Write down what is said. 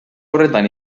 horretan